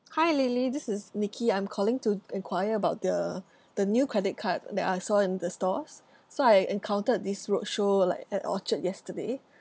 hi lily this is nicky I'm calling to enquire about the the new credit card that I saw in the stores so I encountered this roadshow like at orchard yesterday